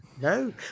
No